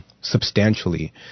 substantially